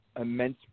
immense